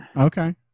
okay